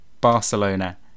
Barcelona